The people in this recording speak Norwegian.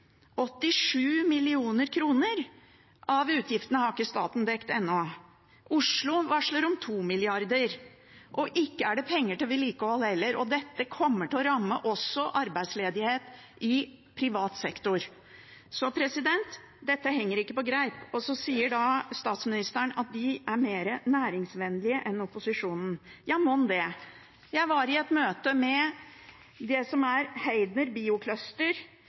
87 mill. kr av utgiftene har ikke staten dekket ennå. Oslo varsler om 2 mrd. kr, og ikke er det penger til vedlikehold heller. Dette kommer også til å ramme privat sektor, slik at det blir arbeidsledighet der. Så dette henger ikke på greip. Så sier statsministeren at de er mer næringsvennlige enn opposisjonen. Ja, mon det. Jeg var i et møte med NCE Heidner Biocluster,